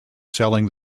selling